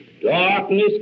Darkness